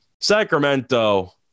Sacramento